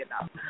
enough